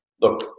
Look